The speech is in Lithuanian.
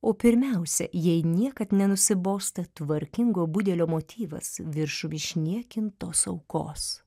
o pirmiausia jai niekad nenusibosta tvarkingo budelio motyvas viršum išniekintos aukos